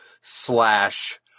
slash